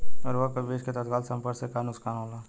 उर्वरक अ बीज के तत्काल संपर्क से का नुकसान होला?